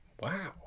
wow